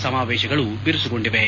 ಸಮಾವೇಶಗಳು ಬಿರುಸುಗೊಂಡಿವೆ